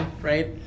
right